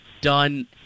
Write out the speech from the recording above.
done